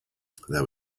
there